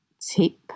tip